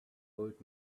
old